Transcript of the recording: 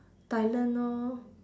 thailand orh